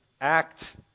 Act